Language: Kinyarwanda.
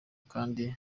kandi